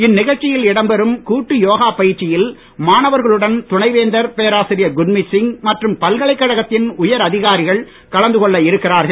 இந்நிகழ்ச்சியில் இடம் பெறும் கூட்டு யோகா பயிற்சியில் மாணவர்களுடன் துணை வேந்தர் பேராசிரியர் குர்மித்சிங் மற்றும் பல்கலைக்கழகத்தின் உயர் அதிகாரிகள் கலந்து கொள்ள இருக்கிறார்கள்